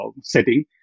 setting